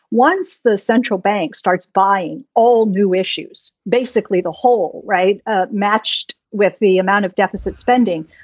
once the central bank starts buying all new issues, basically the whole right ah matched with the amount of deficit spending.